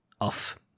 off